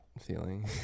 feeling